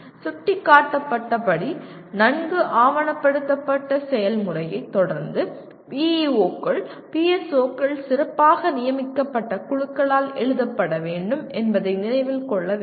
சுட்டிக்காட்டப்பட்ட படி நன்கு ஆவணப்படுத்தப்பட்ட செயல்முறையைத் தொடர்ந்து PEO க்கள் மற்றும் PSO க்கள் சிறப்பாக நியமிக்கப்பட்ட குழுக்களால் எழுதப்பட வேண்டும் என்பதை நினைவில் கொள்ள வேண்டும்